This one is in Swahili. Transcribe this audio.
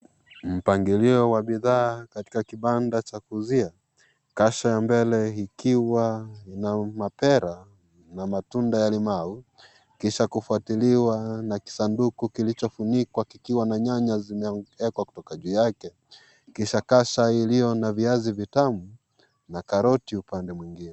Mpangilio wa bidhaa katika kibanda cha kuuzia kasha ya mbele ikiwa na mapera na matunda ya limau kisha kufuatiliwa na kisanduku kilicho funikwa kikiwa na nyanya zilizo wekwa kwa kazi yake kisha kasha iliyo na viazi vitamu na karoti upande mwingine.